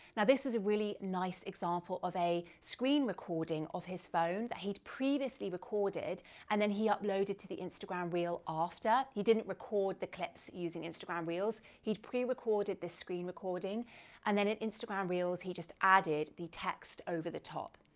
now this was a really nice example of a screen recording of his phone that he'd previously recorded and then he uploaded to the instagram reel after. he didn't record the clips using instagram reels, he'd pre-recorded the screen recording and then in instagram reels he just added the text over the top.